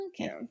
okay